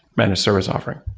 managed service offering,